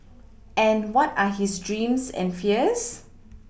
and what are his dreams and fears